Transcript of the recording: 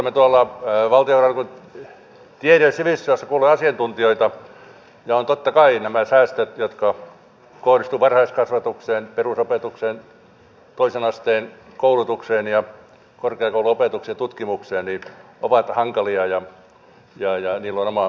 olemme valtiovarainvaliokunnan tiede ja sivistysjaostossa kuulleet asiantuntijoita ja totta kai nämä säästöt jotka kohdistuvat varhaiskasvatukseen perusopetukseen toisen asteen koulutukseen ja korkeakouluopetukseen tutkimukseen ovat hankalia ja niillä on oma vaikutuksensa